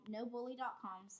NoBully.com